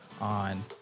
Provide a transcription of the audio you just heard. on